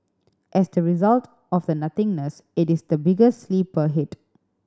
as the result of the nothingness it is the biggest sleeper hit